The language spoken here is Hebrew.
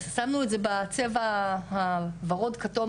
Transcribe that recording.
שמנו אותו בצבע כתום,